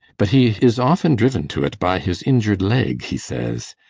but, he is often driven to it by his injured leg, he says.